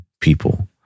people